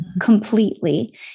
completely